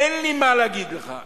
אין לי מה להגיד לך.